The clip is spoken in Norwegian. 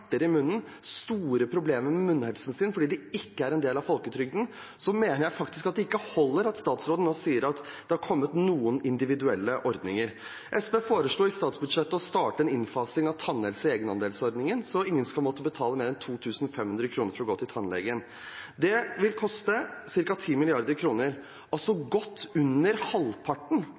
i munnen og store problemer med munnhelsen fordi det ikke er en del av folketrygden, mener jeg faktisk at det ikke holder at statsråden nå sier at det har kommet noen individuelle ordninger. SV foreslo i statsbudsjettet å starte en innfasing av tannhelse i egenandelsordningen, så ingen skal måtte betale mer enn 2 500 kr for å gå til tannlegen. Det vil koste ca. 10 mrd. kr, altså godt under halvparten